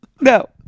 No